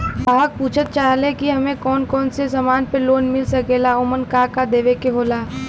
ग्राहक पुछत चाहे ले की हमे कौन कोन से समान पे लोन मील सकेला ओमन का का देवे के होला?